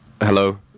Hello